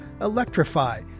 Electrify